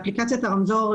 אפליקציית הרמזור,